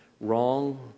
wrong